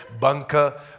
bunker